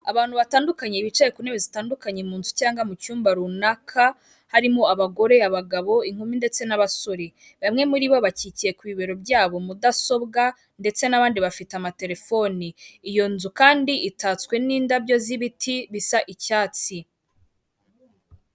Abantu batandukanye bicaye ku ntebe zitandukanye mu nzu cyangwa mu cyumba runaka, harimo abagore, abagabo, inkumi ndetse n'abasore, bamwe muri bo bakikiye ku bibero byabo mudasobwa ndetse n'abandi bafite amatelefoni. Iyo nzu kandi itatswe n'indabyo z'ibiti bisa icyatsi.